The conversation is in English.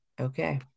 okay